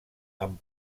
amb